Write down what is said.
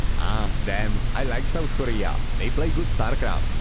ahh damn, i like south korea, they play good starcraft,